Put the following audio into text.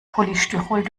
polystyrol